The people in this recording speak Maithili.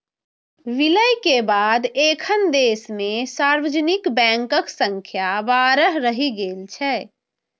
विलय के बाद एखन देश मे सार्वजनिक बैंकक संख्या बारह रहि गेल छै